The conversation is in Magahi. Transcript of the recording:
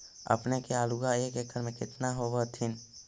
अपने के आलुआ एक एकड़ मे कितना होब होत्थिन?